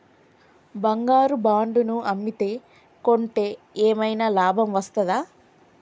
బంగారు బాండు ను అమ్మితే కొంటే ఏమైనా లాభం వస్తదా?